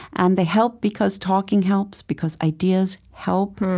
and they help because talking helps, because ideas help,